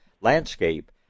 landscape